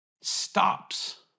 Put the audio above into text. stops